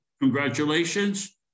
congratulations